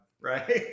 right